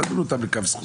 תדון אותם לכף זכות.